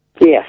Yes